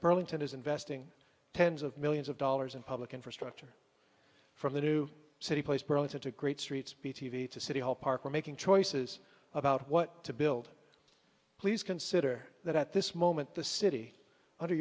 burlington is investing tens of millions of dollars in public infrastructure from the new city police burlington to great streets p t v to city hall park are making choices about what to build please consider that at this moment the city